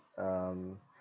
um